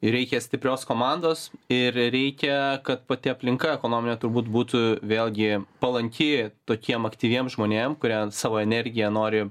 ir reikia stiprios komandos ir reikia kad pati aplinka ekonominė turbūt būtų vėlgi palanki tokiem aktyviem žmonėm kurią savo energiją nori